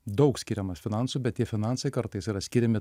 daug skiriamas finansų bet tie finansai kartais yra skiriami